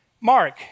Mark